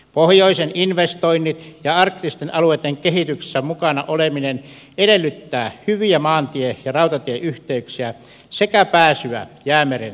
pohjoisen investoinnit ja arktisten alueitten kehityksessä mukana oleminen edellyttävät hyviä maantie ja rautatieyhteyksiä sekä pääsyä jäämeren satamiin